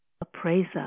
appraiser